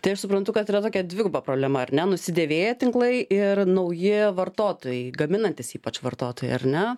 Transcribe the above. tai aš suprantu kad yra tokia dviguba problema ar nenusidėvėję tinklai ir nauji vartotojai gaminantys ypač vartotojai ar ne